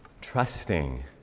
Trusting